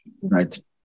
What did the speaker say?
right